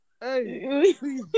Hey